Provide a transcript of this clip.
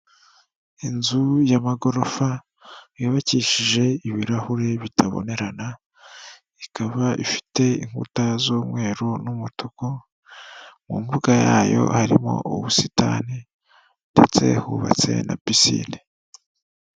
Inzu y'amagorofa yubakishije ibirahuri bitabonerana, ikaba ifite inkuta z'umweru n'umutuku, mu mbuga yayo harimo ubusitani ndetse hubatse na pisine.